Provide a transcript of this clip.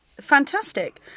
Fantastic